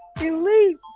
elite